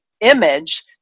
image